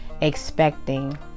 expecting